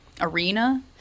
arena